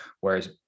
Whereas